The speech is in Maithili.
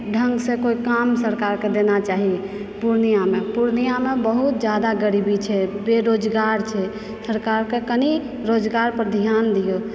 ढङ्गसँ कोइ काम सरकारक देना चाही पूर्णियामे पूर्णियामे बहुत जादा गरीबी छै बेरोजगार छै सरकारके कनि रोजगार पर ध्यान दिओ